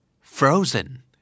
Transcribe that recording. frozen